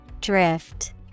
Drift